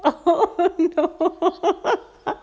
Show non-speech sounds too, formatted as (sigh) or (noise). oh no (laughs)